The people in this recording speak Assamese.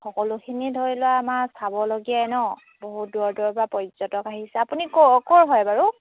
সকলোখিনি ধৰি লোৱা আমাৰ চাবলগীয়াই নহ্ বহুত দূৰৰ দূৰৰ পৰা পৰ্যটক আহিছে আপুনি ক ক'ৰ হয় বাৰু